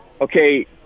okay